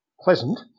pleasant